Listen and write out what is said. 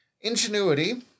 Ingenuity